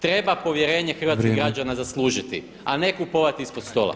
Treba povjerenje hrvatskih građana zaslužiti [[Upadica predsjednik: Vrijeme.]] a ne kupovati ispod stola.